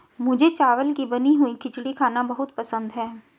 मुझे चावल की बनी हुई खिचड़ी खाना बहुत पसंद है